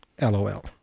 LOL